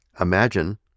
Imagine